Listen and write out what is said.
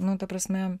nu ta prasme